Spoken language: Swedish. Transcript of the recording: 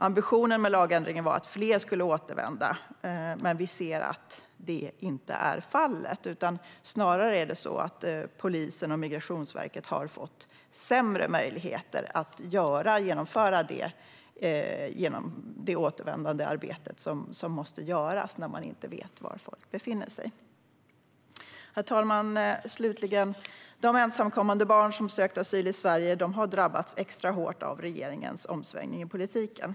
Ambitionen med lagändringen var att fler skulle återvända till sina hemländer, men så har inte varit fallet. Snarare har polisen och Migrationsverket fått sämre möjligheter att genomföra det återvändararbete som måste göras när man inte vet var folk befinner sig. Herr talman! Slutligen: De ensamkommande barn som har sökt asyl i Sverige har drabbats extra hårt av regeringens omsvängning i politiken.